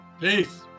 Peace